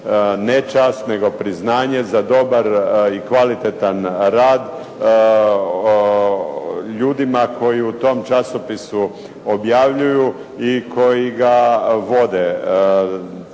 ne čast nego priznanje za dobar i kvalitetan rad ljudima koji u tom časopisu objavljuju i koji ga vode.